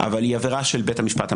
אבל היא עבירה של בית המשפט המחוזי,